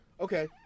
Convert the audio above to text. Okay